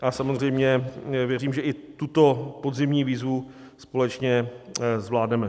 A samozřejmě věřím, že i tuto podzimní výzvu společně zvládneme.